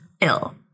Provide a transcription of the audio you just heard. ill